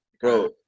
Bro